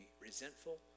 resentful